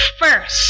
first